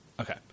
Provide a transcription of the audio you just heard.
Okay